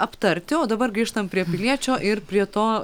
aptarti o dabar grįžtam prie piliečio ir prie to